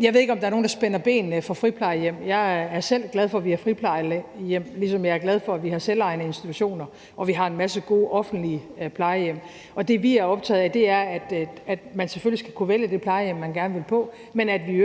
Jeg ved ikke, om der er nogen, der spænder ben for friplejehjem. Jeg er selv glad for, at vi har friplejehjem, ligesom jeg er glad for, at vi har selvejende institutioner, og at vi har en masse gode offentlige plejehjem. Det, vi er optaget af, er jo, at man selvfølgelig skal kunne vælge det plejehjem, man gerne vil på, men også, at vi i øvrigt